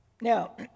now